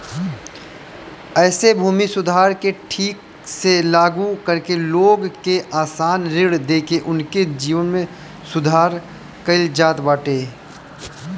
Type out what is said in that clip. एमे भूमि सुधार के ठीक से लागू करके लोग के आसान ऋण देके उनके जीवन में सुधार कईल जात बाटे